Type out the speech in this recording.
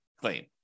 claim